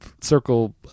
circle